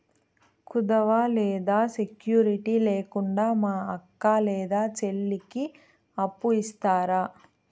కుదువ లేదా సెక్యూరిటి లేకుండా మా అక్క లేదా చెల్లికి అప్పు ఇస్తారా?